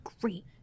great